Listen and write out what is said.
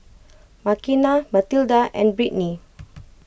Makena Mathilda and Britni